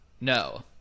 No